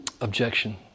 Objection